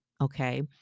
Okay